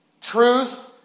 truth